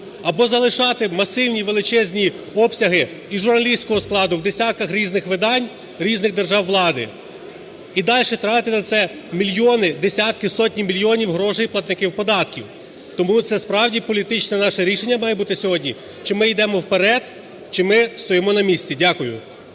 Або залишати масивні, величезні обсяги і журналістського складу в десятках різних видань, різних держав… влади і далі тратити на це мільйони, десятки, сотні мільйонів грошей платників податків. Тому це справді політичне наше рішення має бути сьогодні, чи ми йдемо вперед, чи ми стоїмо на місці. Дякую.